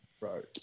Right